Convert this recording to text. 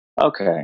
okay